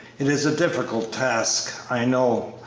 it is a difficult task, i know,